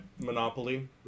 Monopoly